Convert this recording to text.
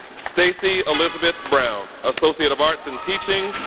stacie elizabeth brown, associate of arts in teaching,